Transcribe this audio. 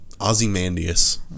Ozymandias